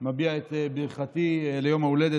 אני מביע את ברכתי ליום ההולדת,